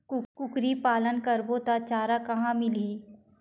कुकरी पालन करबो त चारा कहां मिलही?